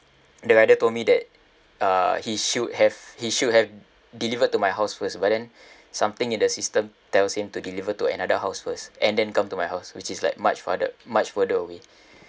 the rider told me that uh he should have he should have delivered to my house first but then something in the system tells him to deliver to another house first and then come to my house which is like much farther much further away